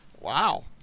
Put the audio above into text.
Wow